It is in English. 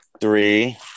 three